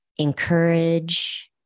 encourage